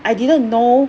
I didn't know